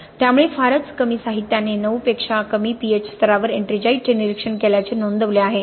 त्यामुळे फारच कमी साहित्याने 9 पेक्षा कमी pH स्तरांवर एट्रिंजाईटचे निरीक्षण केल्याचे नोंदवले आहे